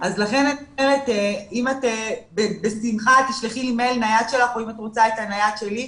תשלחי לי את המייל או את הנייד שלך,